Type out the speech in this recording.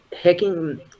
hacking